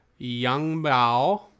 Yangbao